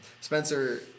Spencer